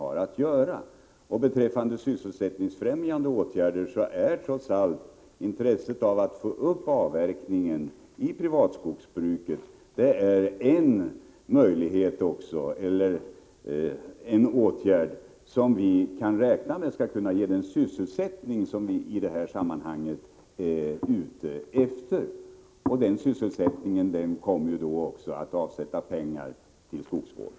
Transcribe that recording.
Vad beträffar sysselsättningsfrämjande åtgärder är trots allt intresset av att få upp avverkningen i privatskogsbruket sådant att vi kan räkna med att det skall ge den sysselsättning som vi i detta sammanhang är ute efter. Den sysselsättningen kommer då också att avsätta pengar till skogsvården.